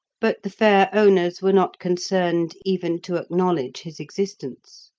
but the fair owners were not concerned even to acknowledge his existence.